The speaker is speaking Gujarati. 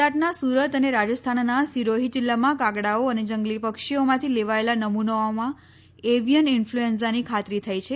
ગુજરાતના સુરત અને રાજસ્થાનના સિરોહી જીલ્લામાં કાગડાઓ અને જંગલી પક્ષીઓમાંથી લેવાયેલા નમુનાઓમાં એવિયન ઇન્ફલુએન્ઝાની ખાતરી થઇ છે